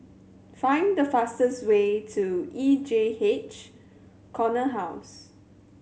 find the fastest way to E J H Corner House